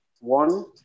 One